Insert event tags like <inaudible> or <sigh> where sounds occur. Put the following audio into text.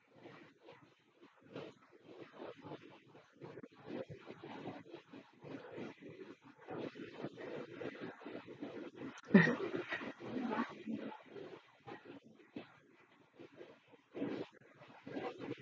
<laughs>